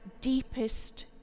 deepest